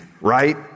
right